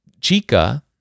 Chica